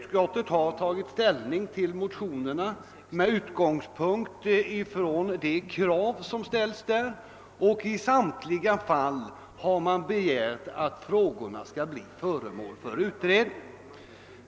Utskottet har tagit ställning till motionerna med utgångspunkt i de krav som har ställts där och som i samtliga fall innebär att frågorna skall bli föremål för utredning.